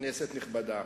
כנסת נכבדה,